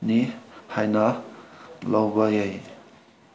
ꯅꯤ ꯍꯥꯏꯅ ꯂꯧꯕ ꯌꯥꯏ